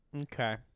Okay